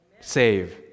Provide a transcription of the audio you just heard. save